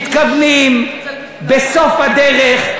מתכוונים בסוף הדרך,